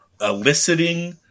eliciting